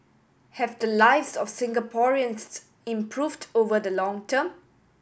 have the lives of Singaporeans improved over the long term